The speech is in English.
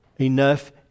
Enough